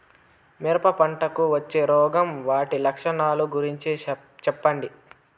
మిరప పంటకు వచ్చే రోగం వాటి లక్షణాలు గురించి చెప్పండి?